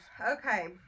Okay